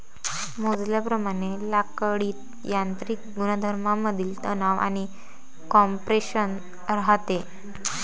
मोजल्याप्रमाणे लाकडीत यांत्रिक गुणधर्मांमधील तणाव आणि कॉम्प्रेशन राहते